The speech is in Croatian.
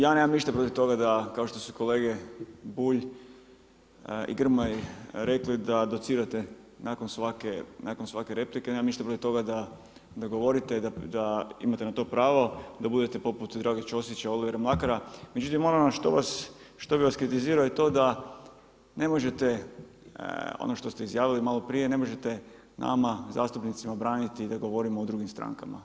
Ja nemam ništa protiv toga da kao što su kolege Bulj i Grmoja rekli da docirate nakon svake replike, nemam ništa protiv toga da govorite, da imate na to pravo, da budete poput Drage Ćosića, Olivera Mlakara, međutim ono što bih vas kritizirao je to da ne možete, ono što ste izjavili malo prije, ne možete nama zastupnicima braniti da govorimo o drugim strankama.